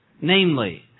namely